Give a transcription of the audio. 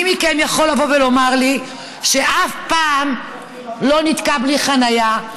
מי מכם יכול לבוא ולומר לי שהוא אף פעם לא נתקע בלי חניה,